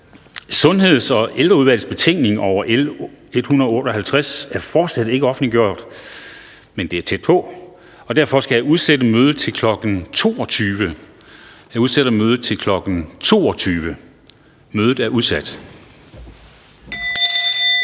Sundheds- og Ældreudvalgets betænkning over L 158 er fortsat ikke offentliggjort, men det er tæt på. Derfor skal jeg udsætte mødet til kl. 22.00. Mødet er udsat.